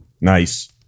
Nice